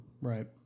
Right